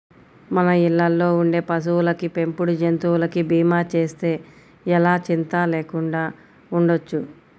మన ఇళ్ళల్లో ఉండే పశువులకి, పెంపుడు జంతువులకి భీమా చేస్తే ఎలా చింతా లేకుండా ఉండొచ్చు